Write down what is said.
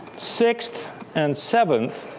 sixth and seventh,